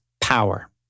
power